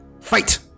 Fight